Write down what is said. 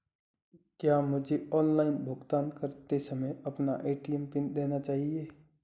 क्या मुझे ऑनलाइन भुगतान करते समय अपना ए.टी.एम पिन देना चाहिए?